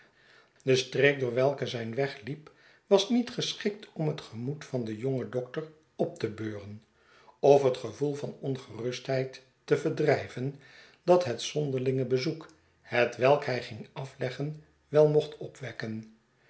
de streek door welke zijn weg liep was niet geschikt om het gemoed van den jongen dokter op te beuren of het gevoel van ongerustheid te verdrijven dat het zonderlinge bezoek hetwelk hij ging afleggen wel mocht opwekken